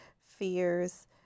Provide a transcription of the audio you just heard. fears